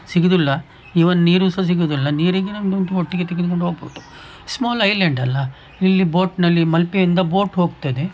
ಸಿಗೋದಿಲ್ಲ ಈವನ್ ನೀರು ಸಹ ಸಿಗೋದಿಲ್ಲ ನೀರಿಗೆ ನಮ್ಮ ಒಟ್ಟಿಗೆ ತೆಗೆದುಕೊಂಡು ಹೋಗ್ಬೋದು ಸ್ಮಾಲ್ ಐಲ್ಯಾಂಡ್ ಅಲ್ಲ ಇಲ್ಲಿ ಬೋಟ್ನಲ್ಲಿ ಮಲ್ಪೆಯಿಂದ ಬೋಟ್ ಹೋಗ್ತದೆ